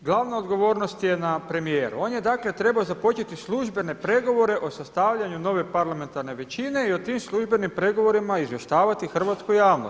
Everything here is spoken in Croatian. Međutim, glavna odgovornost je na premijeru, on je dakle trebao započeti službene pregovore o sastavljanju nove parlamentarne većine i o tim službenim pregovorima izvještavati hrvatsku javnost.